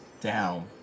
Down